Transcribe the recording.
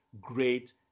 great